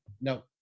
no